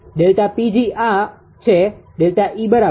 ΔE બરાબર